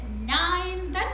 nine